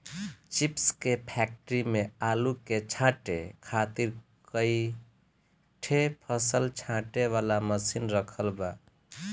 chips के factory में आलू के छांटे खातिर कई ठे फसल छांटे वाला मशीन रखल बा